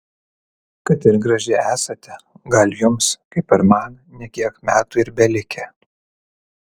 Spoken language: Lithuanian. kad ir graži esate gal jums kaip ir man ne kiek metų ir belikę